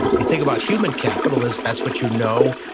you think about human capital as that's what you know,